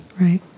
Right